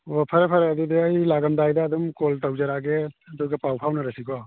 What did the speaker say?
ꯑꯣ ꯐꯔꯦ ꯐꯔꯦ ꯑꯗꯨꯗꯤ ꯑꯩ ꯂꯥꯛꯑꯝꯗꯥꯏꯗ ꯑꯗꯨꯝ ꯀꯣꯜ ꯇꯧꯖꯔꯛꯑꯒꯦ ꯑꯗꯨꯒ ꯄꯥꯎ ꯐꯥꯎꯅꯔꯁꯤꯀꯣ